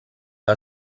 que